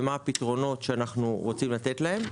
ומה הפתרונות שאנחנו רוצים לתת להן,